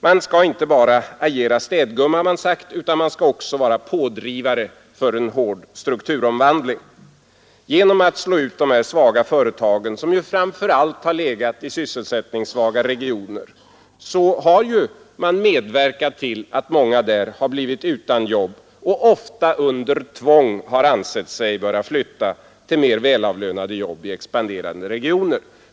Man skall inte bara agera städgumma, har man sagt, utan man skall också vara pådrivare för en hård strukturomvandling. Genom att slå ut dessa svaga företag, som framför allt har legat i sysselsättningssvaga regioner, har man medverkat till att många människor i de områdena har blivit utan jobb och ofta under tvång har ansett sig böra flytta till mer välavlönade jobb i expanderande regioner.